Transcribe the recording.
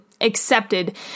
accepted